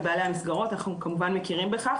בעלי המסגרות אנחנו כמובן מכירים בכך